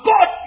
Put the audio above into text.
God